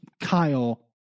Kyle